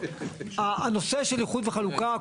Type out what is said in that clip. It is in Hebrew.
הנושא של איחוד וחלוקה,